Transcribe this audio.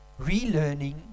relearning